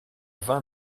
vingt